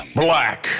black